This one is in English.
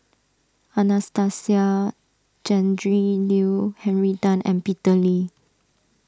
Anastasia Tjendri Liew Henry Tan and Peter Lee